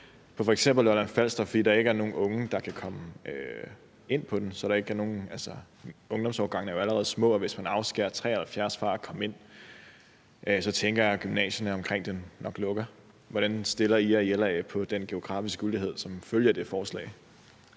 i gymnasiet, fordi der ikke er nogen unge, der kan komme ind på den? Ungdomsårgangene er jo allerede små, og hvis man afskærer 73 pct. fra at komme ind, tænker jeg at gymnasierne omkring dem nok lukker. Hvordan stiller I jer i LA med hensyn til den geografiske ulighed, som ville følge af det forslag?